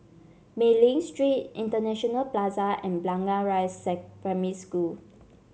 Mei Ling Street International Plaza and Blangah Rise Primary School